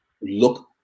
look